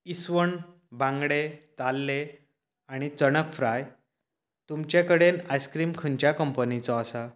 इस्वण बांगडे तारले आनी चणाक फ्राय तुमचे कडेन आयस्क्रीम खंयच्या कंपनीचो आसा